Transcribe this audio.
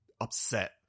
upset